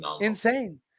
insane